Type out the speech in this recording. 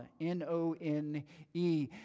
N-O-N-E